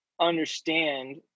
understand